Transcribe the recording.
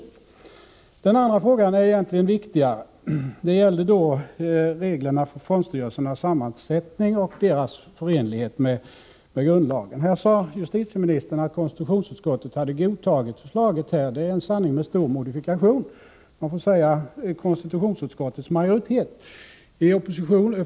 Den andra frågan är egentligen viktigare. Den gällde reglerna för fondstyrelsernas sammansättning och deras förenlighet med grundlagen. Justitieministern sade att konstitutionsutskottet hade godtagit förslaget. Det är en sanning med stor modifikation. Man får säga: konstitutionsutskottets majoritet.